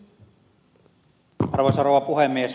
arvoisa rouva puhemies